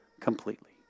completely